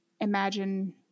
imagine